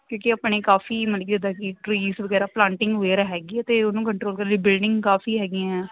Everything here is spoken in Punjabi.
ਕਿਉਂਕਿ ਆਪਣੇ ਕਾਫੀ ਮਤਲਬ ਕਿ ਐਦਾਂ ਕਿ ਟਰੀਸ ਵਗੈਰਾ ਪਲਾਂਟਿੰਗ ਵਗੈਰਾ ਹੈਗੀ ਹੈ ਅਤੇ ਉਹਨੂੰ ਕੰਟਰੋਲ ਕਰਨ ਲਈ ਬਿਲਡਿੰਗ ਕਾਫੀ ਹੈਗੀਆਂ